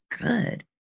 good